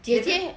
they do